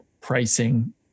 pricing